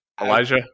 Elijah